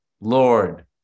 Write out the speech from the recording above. Lord